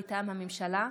מטעם הממשלה,